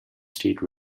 state